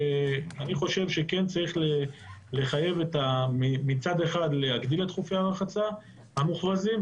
אני חושב שכן צריך לחייב מצד אחד להגדיל את חופי הרחצה המוכרזים,